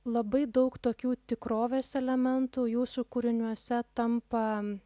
labai daug tokių tikrovės elementų jūsų kūriniuose tampa